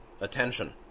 attention